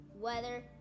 weather